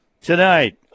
Tonight